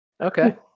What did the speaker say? Okay